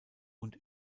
und